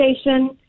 station